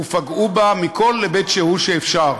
ופגעו בה מכל היבט שהוא שאפשר.